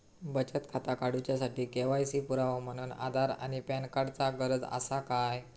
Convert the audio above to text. बचत खाता काडुच्या साठी के.वाय.सी पुरावो म्हणून आधार आणि पॅन कार्ड चा गरज आसा काय?